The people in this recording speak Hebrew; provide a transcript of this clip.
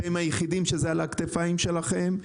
זה על הכתפיים שלכם.